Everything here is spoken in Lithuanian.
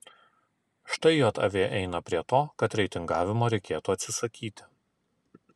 štai jav eina prie to kad reitingavimo reikėtų atsisakyti